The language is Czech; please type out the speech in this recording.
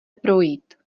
projít